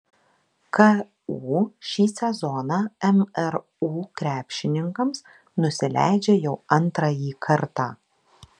ku šį sezoną mru krepšininkams nusileidžia jau antrąjį kartą